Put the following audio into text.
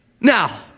Now